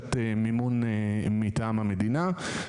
דרישת מימון מטעם המדינה.